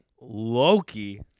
Loki